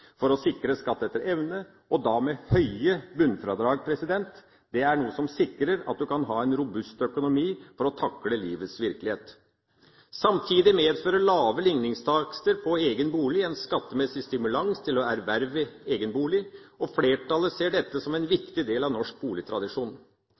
for å sikre skatt etter evne, og da med høye bunnfradrag. Det er noe som sikrer at du kan ha en robust økonomi for å takle livets virkelighet. Samtidig medfører lave ligningstakster på egen bolig en skattemessig stimulans til å erverve egen bolig, og flertallet ser dette som en viktig del av norsk boligtradisjon. Samtidig vil vi